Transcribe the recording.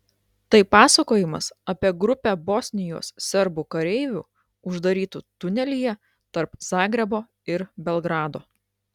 tai pasakojimas apie grupę bosnijos serbų kareivių uždarytų tunelyje tarp zagrebo ir belgrado